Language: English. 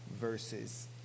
versus